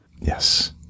Yes